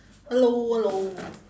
hello hello